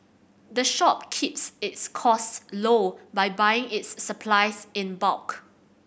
the shop keeps its costs low by buying its supplies in bulk